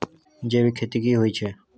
जैविक खेती की होए छै?